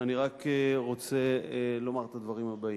אני רק רוצה לומר את הדברים הבאים: